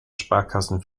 sparkassen